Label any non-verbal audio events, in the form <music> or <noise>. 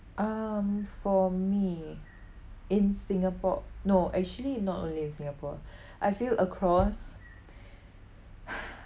um for me in singapore no actually not only in singapore <breath> I feel across <noise>